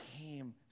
came